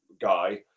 guy